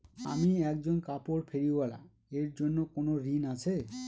আমি একজন কাপড় ফেরীওয়ালা এর জন্য কোনো ঋণ আছে?